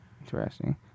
Interesting